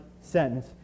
sentence